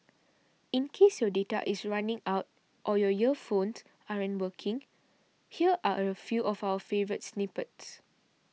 in case your data is running out or your earphones aren't working here are a few of our favourite snippets